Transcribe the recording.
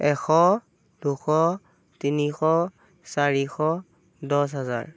এশ দুশ তিনিশ চাৰিশ দহ হাজাৰ